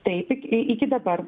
taip ik iki dabar